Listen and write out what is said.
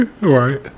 Right